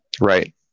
Right